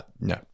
No